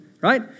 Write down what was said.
right